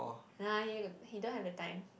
nah he got he don't have the time